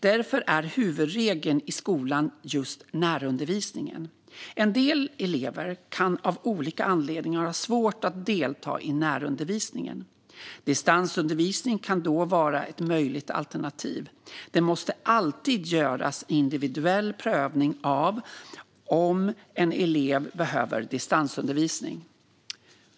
Därför är huvudregeln i skolan just närundervisning. En del elever kan av olika anledningar ha svårt att delta i närundervisningen. Distansundervisning kan då vara ett möjligt alternativ. Det måste alltid göras en individuell prövning av om en elev behöver distansundervisning.